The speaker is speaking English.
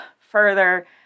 further